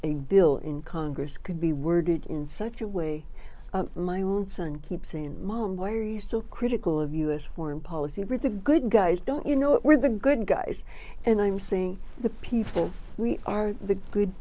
the bill in congress could be worded in such a way for my own son keep saying mom why are you still critical of us foreign policy pretty good guys don't you know we're the good guys and i'm saying the people we are the good